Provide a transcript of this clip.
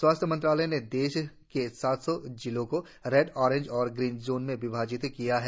स्वास्थ्य मंत्रालय ने देश के सात सौ जिलों को रेड ओरेंज और ग्रीन क्षेत्रों में विभाजित किया है